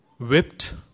Whipped